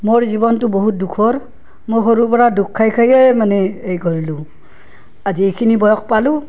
মোৰ জীৱনটো বহুত দুখৰ মই সৰুৰ পৰাই দুখ খাই খাইয়ে মানে এই কৰিলোঁ আজি এইখিনি বয়স পালোঁ